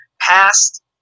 past